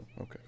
Okay